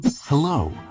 Hello